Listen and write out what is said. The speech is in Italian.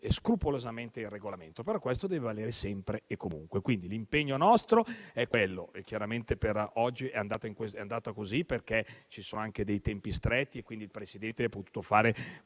scrupolosamente il Regolamento, però questo deve valere sempre e comunque. Quindi il nostro impegno è questo. Chiaramente per oggi è andata così, perché abbiamo anche tempi stretti e quindi il Presidente ha potuto fare